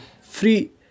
free